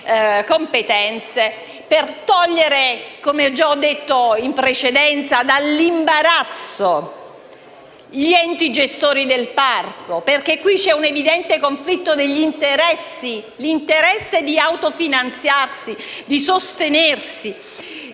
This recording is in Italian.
competenze per togliere, come già ho detto in precedenza, dall'imbarazzo gli enti gestori del parco. Perché qui c'è un evidente conflitto di interessi: mi riferisco all'interesse ad autofinanziarsi, a sostenersi,